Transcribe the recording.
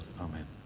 Amen